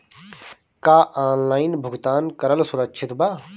का ऑनलाइन भुगतान करल सुरक्षित बा?